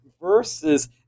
versus